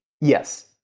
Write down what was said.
yes